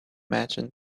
imagined